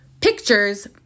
pictures